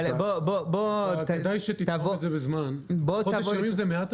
אבל תבוא עם --- אני חושב שחודש ימים זה מעט.